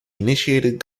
initiated